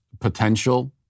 potential